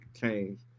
change